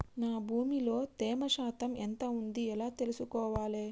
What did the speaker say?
నా భూమి లో తేమ శాతం ఎంత ఉంది ఎలా తెలుసుకోవాలే?